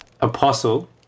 Apostle